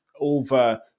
over